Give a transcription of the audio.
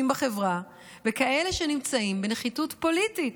בחברה וכאלה שנמצאים בנחיתות פוליטית.